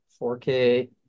4k